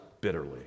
bitterly